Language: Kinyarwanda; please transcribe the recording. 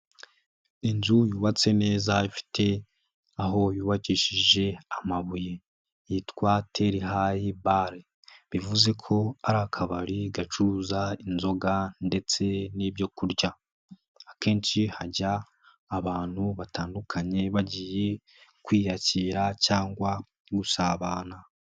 Inzu yubatse neza ifite aho yubakishije amabuye. yitwa Tel hayi bare, bivuze ko ari akabari gacuruza inzoga ndetse n'ibyo kurya. Akenshi hajya abantu batandukanye bagiye kwiyakira cyangwa gusabana.